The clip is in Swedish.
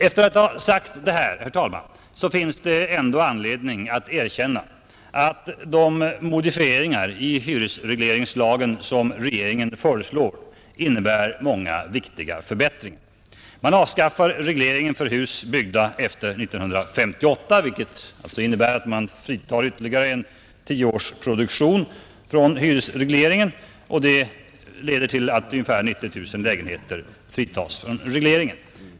Efter att ha sagt detta, herr talman, har jag ändå anledning att erkänna att de modifieringar i hyresregleringslagen som regeringen föreslår innebär många viktiga förbättringar. Man avskaffar regleringen för hus byggda efter 1958, vilket innebär att ytterligare en 10-årsproduktion, eller ca 90 000 lägenheter, fritas från regleringen.